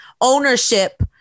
ownership